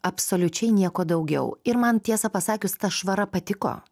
absoliučiai nieko daugiau ir man tiesą pasakius ta švara patiko